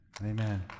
Amen